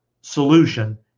solution